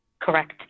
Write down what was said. Correct